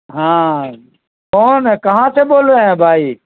ہاں کون ہے کہاں سے بول رہے ہیں بھائی